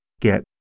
get